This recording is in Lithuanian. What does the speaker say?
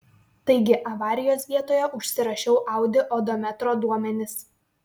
taigi avarijos vietoje užsirašiau audi odometro duomenis